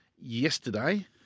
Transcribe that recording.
yesterday